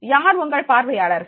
யார் உங்கள் பார்வையாளர்கள்